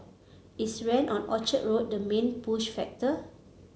is rent on Orchard Road the main push factor